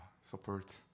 support